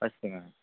ఖచ్చితంగా అండి